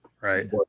Right